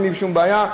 אין לי שום בעיה,